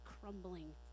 crumbling